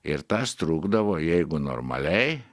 ir tas trukdavo jeigu normaliai